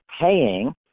paying